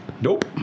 Nope